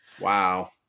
Wow